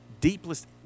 deepest